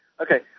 Okay